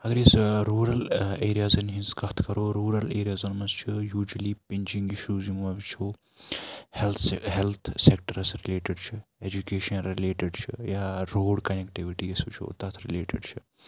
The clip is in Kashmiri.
اگر أسۍ روٗرَل ایٚریازَن ہِنٛز کَتھ کَرو روٗرَل ایٚریازَن منٛز چھِ یوٗجولی پِنٛچِنٛگ اِشوٗز یِم وۄنۍ وٕچھو ہیٚلتھ سیٚک ہیٚلتھ سیکٹَرس رِلیٹِڈ چھُ ایجوٗکیشَن رِلیٚٹِڈ چھُ یا روٚڈ کَنیکٹِوِٹی أسۍ وٕچھو تَتھ رِلیٹِڈ چھُ